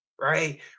right